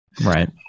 Right